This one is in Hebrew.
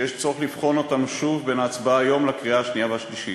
שיש צורך לבחון אותם שוב בין ההצבעה היום לקריאה השנייה והשלישית.